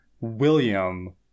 William